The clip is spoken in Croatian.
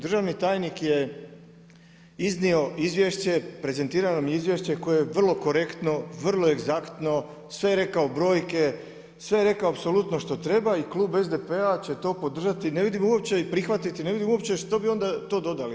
Državni tajnik je iznio izvješće, prezentirano izvješće koje je vrlo korektno, vrlo egzaktno, sve je rekao brojke, sve je rekao, apsolutno što treba i Klub SDP-a će to podržati i prihvati, ne vidimo uopće što bi onda to dodali.